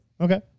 Okay